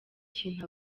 kintu